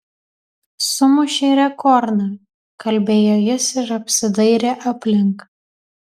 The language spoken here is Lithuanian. sumušei rekordą kalbėjo jis ir apsidairė aplink